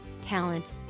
talent